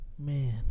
man